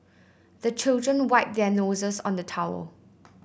the children wipe their noses on the towel